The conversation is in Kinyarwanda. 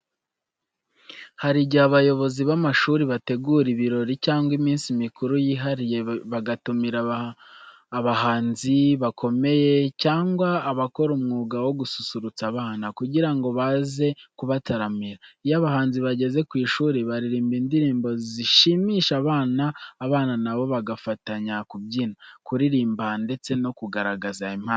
Hari igihe abayobozi b'amashuri bategura ibirori cyangwa iminsi mikuru yihariye, bagatumira abahanzi bakomeye cyangwa abakora umwuga wo gususurutsa abana, kugira ngo baze kubataramira. Iyo abahanzi bageze ku ishuri baririmba indirimbo zishimisha abana, abana na bo bagafatanya kubyina, kuririmba ndetse no kugaragaza impano zabo.